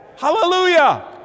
Hallelujah